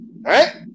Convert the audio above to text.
right